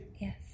Yes